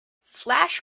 flash